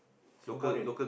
Singaporean